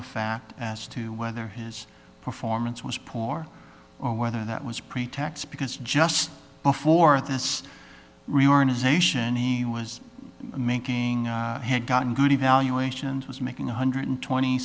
fact as to whether his performance was pour or whether that was pretax because just before this reorganization he was making had gotten good evaluations was making one hundred twenty